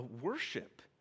worship